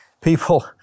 People